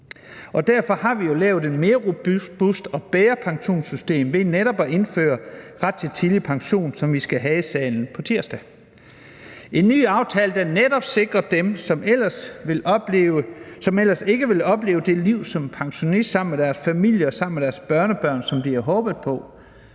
derfor har vi lavet et mere robust og et bedre pensionssystem ved netop at indføre ret til tidlig pension, som vi skal behandle i salen på tirsdag. Det er en ny aftale, der netop sikrer dem, som ellers ikke vil opleve at kunne få det liv som pensionist sammen med deres familie og børnebørn, som de havde håbet på,